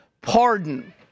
pardon